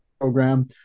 program